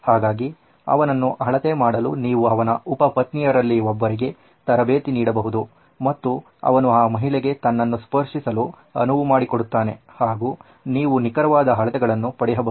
ಹಾಗಾಗಿ ಅವನ್ನು ಅಳತೆ ಮಾಡಲು ನೀವು ಅವನ ಉಪಪತ್ನಿಗಳಲ್ಲಿ ಒಬ್ಬರಿಗೆ ತರಬೇತಿ ನೀಡಬಹುದು ಮತ್ತು ಅವನು ಆ ಮಹಿಳೆಗೆ ತನ್ನನು ಸ್ಪರ್ಶಿಸಲು ಅನುವು ಮಾಡಿಕೊಡುತ್ತಾನೆ ಹಾಗೂ ನೀವು ನಿಖರವಾದ ಅಳತೆಯನ್ನು ಪಡೆಯಬಹುದು